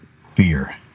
fear